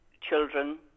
children